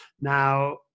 Now